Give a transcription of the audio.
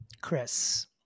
chris